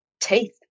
teeth